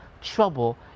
trouble